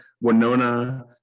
Winona